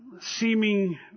seeming